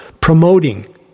promoting